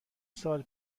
سال